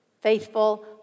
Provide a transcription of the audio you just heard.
faithful